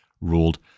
ruled